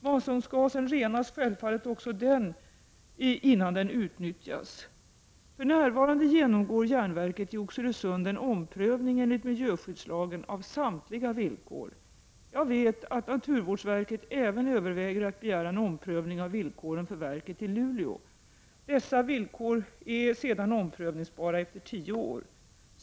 Masugnsgasen renas självfallet också den innan den utnyttjas. För närvarande genomgår järnverket i Oxelösund en omprövning, enligt miljöskyddslagen, av samtliga villkor. Jag vet att naturvårdsverket även överväger att begära en omprövning av villkoren för verket i Luleå. Dessa villkor är sedan omprövningsbara efter tio år.